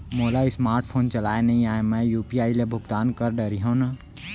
मोला smart phone चलाए नई आए मैं यू.पी.आई ले भुगतान कर डरिहंव न?